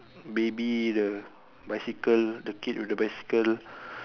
baby the bicycle the kid with the bicycle